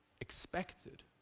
expected